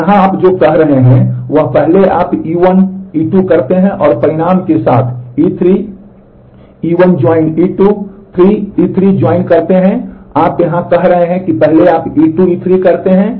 तो यहाँ आप जो कह रहे हैं वह पहले आप E1 E2 करते हैं और परिणाम के साथ आप E3 करते हैं